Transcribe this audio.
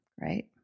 Right